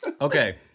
Okay